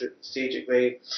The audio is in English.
strategically